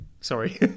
sorry